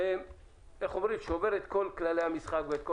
שעובר את כל כללי המשחק.